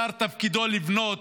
שר תפקידו לבנות,